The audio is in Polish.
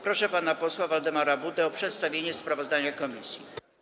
Proszę pana posła Waldemara Budę o przedstawienie sprawozdania komisji.